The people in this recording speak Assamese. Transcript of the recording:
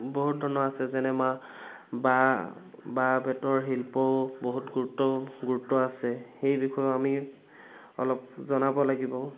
বহুত ধৰণৰ আছে যেনে মা বা বাঁহ বাঁহ বেতৰ শিল্পও বহুত গুৰুত্ব গুৰুত্ব আছে সেই বিষয়েও আমি অলপ জনাব লাগিব